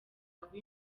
kuba